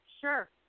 Sure